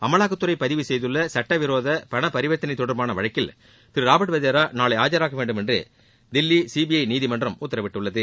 அமலாக்கத்துறை பதிவு செய்துள்ள சட்டவிரோத பண பரிவர்த்தனை தொடர்பான வழக்கில் திரு ராபர்ட் வதேரா நாளை ஆஜராக வேண்டும் என்று தில்லி சிபிஐ நீதிமன்றம் உத்தரவிட்டுள்ளது